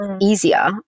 easier